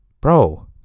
bro